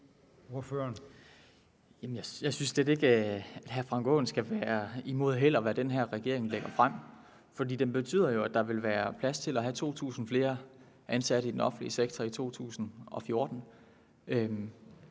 jeg synes slet ikke, at hr. Frank Aaen skal være imod – heller ikke, hvad den her regering lægger frem. For det betyder jo, at der vil være plads til at have 2.000 flere ansatte i den offentlige sektor i 2014